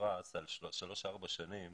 נפרס על שלוש-ארבע שנים,